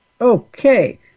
Okay